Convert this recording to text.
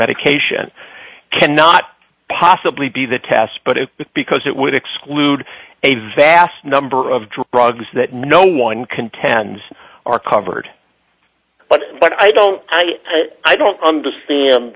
medication cannot possibly be the task but it is because it would exclude a vast number of drugs that no one contends are covered but what i don't i get i don't understand